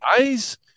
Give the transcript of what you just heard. eyes